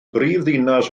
brifddinas